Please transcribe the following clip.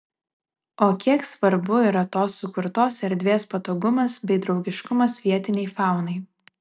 o kiek svarbu yra tos sukurtos erdvės patogumas bei draugiškumas vietinei faunai